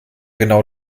genau